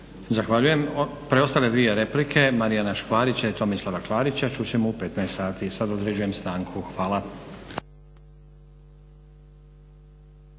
Zahvaljujem. Preostale dvije replike, Marijana Škvarića i Tomislava Klarića čuti ćemo u 15,00 sati. Sada određujem stanku. Hvala.